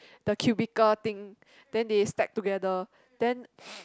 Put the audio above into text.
the cubicle thing then they stack together then